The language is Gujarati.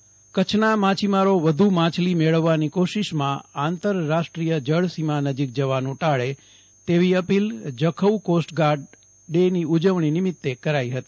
જખૌ કોસ્ટ ગાડં કચ્છના માછીમારો વધુ માછલી મેળવવાની કોશિષમાં આંતર રાષ્ટ્રીય જળ સીમા નજીક જવાનું ટાળે તેવી અપીલ જખૌમાં કોસ્ટગાર્ડ ડેની ઉજવણી નીમીતે કરાઇ હતી